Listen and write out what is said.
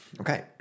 okay